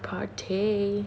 party